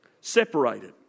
separated